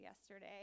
yesterday